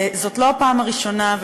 זאת לא הפעם הראשונה,